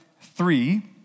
three